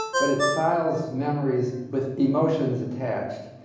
but it files memories with emotions attached.